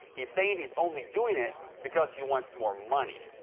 he's saying he's only doing it because he wants more money.